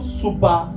super